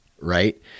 right